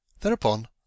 Thereupon